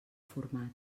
format